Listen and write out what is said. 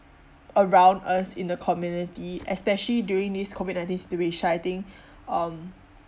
around us in the community especially during this COVID nineteen situation I think um